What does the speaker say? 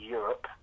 Europe